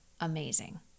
amazing